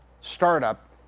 startup